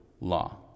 law